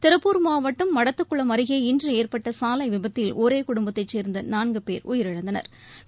திருப்பூர் மாவட்டம் மடத்துக்குளம் அருகே இன்று ஏற்பட்ட சாலை விபத்தில் ஒரே குடும்பத்தைச் சோ்ந்த நான்கு போ் உயிரிழந்தனா்